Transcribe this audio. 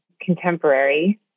contemporary